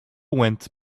went